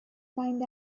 find